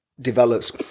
develops